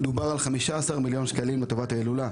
בשנה שעברה תוקצבו 15 מיליון שקלים לטובת ההילולה.